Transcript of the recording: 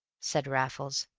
said raffles,